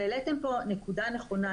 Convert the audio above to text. העליתם פה נקודה נכונה.